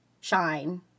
shine